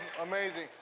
amazing